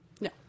No